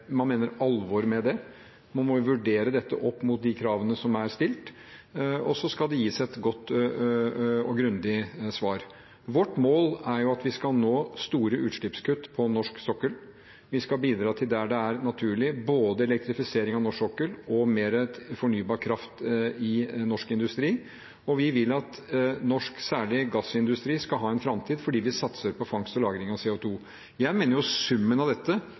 Man må jo vurdere dette opp mot de kravene som er stilt, og så skal det gis et godt og grundig svar. Vårt mål er at vi skal nå store utslippskutt på norsk sokkel. Vi skal der det er naturlig, bidra til både elektrifisering av norsk sokkel og mer fornybar kraft i norsk industri, og vi vil at særlig norsk gassindustri skal ha en framtid, fordi den satser på fangst og lagring av CO 2 . Jeg mener summen av dette